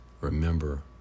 Remember